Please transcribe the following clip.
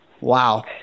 Wow